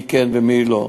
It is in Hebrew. מי כן ומי לא,